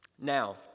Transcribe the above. Now